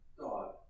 God